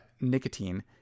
nicotine